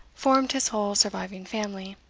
formed his whole surviving family.